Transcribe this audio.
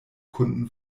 kunden